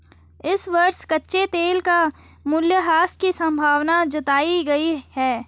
इस वर्ष कच्चे तेल का मूल्यह्रास की संभावना जताई गयी है